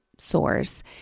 source